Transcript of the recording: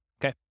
okay